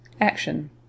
ACTION